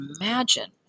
imagine